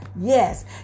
Yes